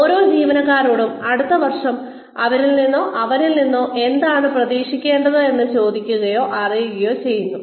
ഓരോ ജീവനക്കാരനോടും അടുത്ത വർഷം അവളിൽ നിന്നോ അവനിൽ നിന്നോ എന്താണ് പ്രതീക്ഷിക്കുന്നതെന്ന് ചോദിക്കുകയോ അറിയിക്കുകയോ ചെയ്യുന്നു